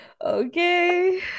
Okay